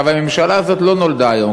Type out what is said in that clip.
הממשלה הזאת לא נולדה היום.